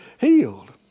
healed